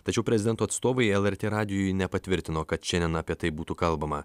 tačiau prezidento atstovai lrt radijui nepatvirtino kad šiandien apie tai būtų kalbama